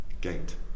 gate